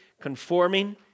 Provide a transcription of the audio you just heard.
conforming